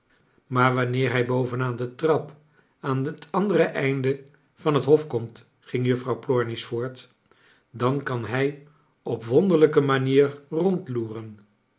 maar wanneer hij bovenaan de trap aan het andere einde van het hof komt ging juffrouw plornish voort dan kan hij op wonder ijke ma nier